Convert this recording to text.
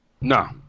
No